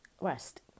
Rest